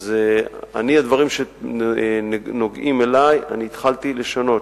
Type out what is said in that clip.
בדברים שנוגעים אלי, אני התחלתי לשנות.